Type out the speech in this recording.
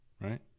right